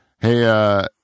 Hey